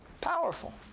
Powerful